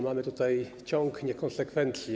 Mamy tutaj ciąg niekonsekwencji.